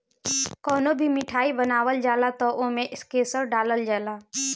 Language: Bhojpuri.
कवनो भी मिठाई बनावल जाला तअ ओमे केसर डालल जाला